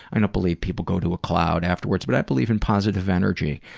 i don't believe people go to a cloud afterward, but i believe in positive energy.